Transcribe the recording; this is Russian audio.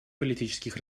политических